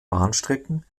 bahnstrecken